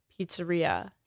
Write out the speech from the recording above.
pizzeria